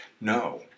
no